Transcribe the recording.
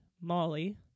Molly